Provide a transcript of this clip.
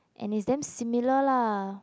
and it's damn similar lah